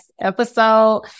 episode